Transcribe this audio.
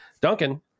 Duncan